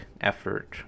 effort